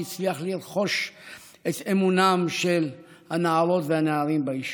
שהצליח לרכוש את אמונם של הנערות והנערים ביישוב.